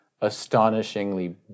astonishingly